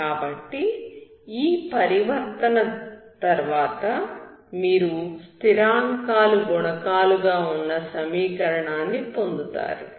కాబట్టి ఈ పరివర్తన ట్రాన్స్ఫర్మేషన్ తర్వాత మీరు స్థిరాంకాలు గుణకాలు గా ఉన్న సమీకరణాన్ని పొందుతారు